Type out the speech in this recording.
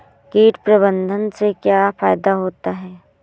कीट प्रबंधन से क्या फायदा होता है?